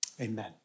Amen